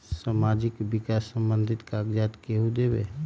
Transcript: समाजीक विकास संबंधित कागज़ात केहु देबे?